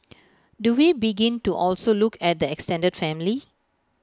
do we begin to also look at the extended family